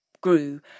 grew